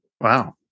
Wow